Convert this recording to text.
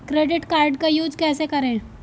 Credit card का use कैसे करें?